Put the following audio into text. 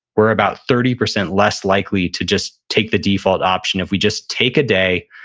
we're about thirty percent less likely to just take the default option if we just take a day,